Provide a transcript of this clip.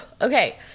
Okay